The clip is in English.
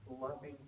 loving